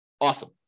Awesome